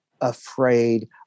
afraid